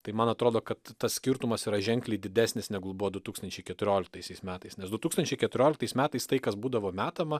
tai man atrodo kad tas skirtumas yra ženkliai didesnis negu buvo du tūkstančiai keturioliktaisiais metais nes du tūkstančiai keturioliktais metais tai kas būdavo metama